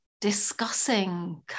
discussing